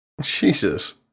Jesus